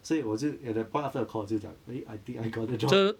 所以我就 at that point after the call 我就讲 eh I think I got the job